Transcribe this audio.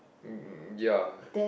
ya